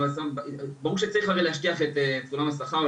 ברור שצריך להשטיח את סולם השכר,